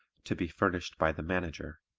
to be furnished by the manager.